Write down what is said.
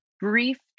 brief